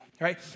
right